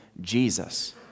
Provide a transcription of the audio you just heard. Jesus